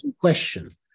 question